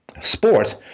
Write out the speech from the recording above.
sport